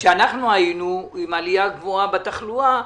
כשאנחנו היינו עם עלייה גבוהה בתחלואה,